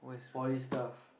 poly stuff